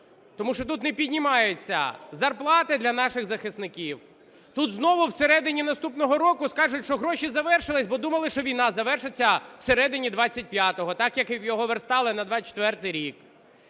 Тому що тут не піднімається зарплата для наших захисників. Тут знову всередині наступного року скажуть, що гроші завершилися, бо думали, що війна завершиться всередині 2025-го, так, як його верстали на 2024 рік.